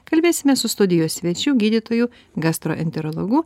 kalbėsimės su studijos svečiu gydytoju gastroenterologu